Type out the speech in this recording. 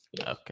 Okay